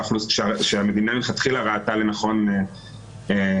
שהמדינה מלכתחילה ראתה לנכון לייחד,